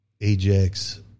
ajax